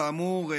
כאמור,